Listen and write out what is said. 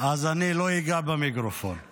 אני נזהר לא לגעת במיקרופון,